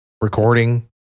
recording